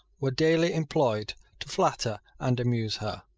were daily employed to flatter and amuse her.